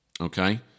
Okay